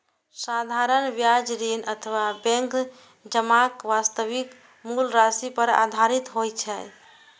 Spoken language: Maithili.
साधारण ब्याज ऋण अथवा बैंक जमाक वास्तविक मूल राशि पर आधारित होइ छै